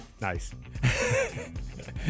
Nice